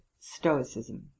Stoicism